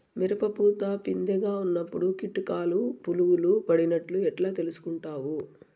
మిరప పూత పిందె గా ఉన్నప్పుడు కీటకాలు పులుగులు పడినట్లు ఎట్లా తెలుసుకుంటావు?